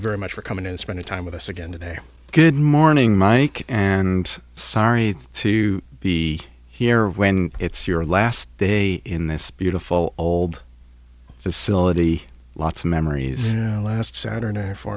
very much for coming in and spending time with us again today good morning mike and sorry to be here when it's your last day in this beautiful old facility lots of memories last saturn a for